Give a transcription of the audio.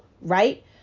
right